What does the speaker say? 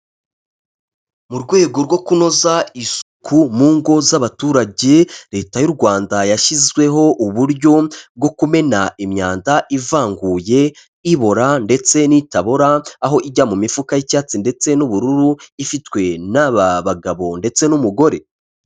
Mu rwego rwo kunoza isuku mu ngo z'abaturage, Leta y'u Rwanda yashyizweho uburyo bwo kumena imyanda ivanguye, ibora ndetse n'itabora, aho ijya mu mifuka y'icyatsi ndetse n'ubururu, ifitwe n'aba bagabo ndetse n'umugore.